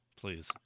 please